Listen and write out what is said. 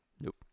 Nope